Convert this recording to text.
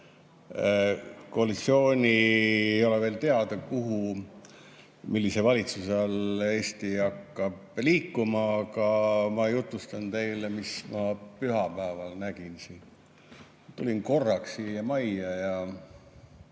Koalitsiooni ei ole veel teada, kuhu ja millise valitsuse all Eesti hakkab liikuma, aga ma jutustan teile, mis ma pühapäeval nägin. Tulin korraks siia majja ja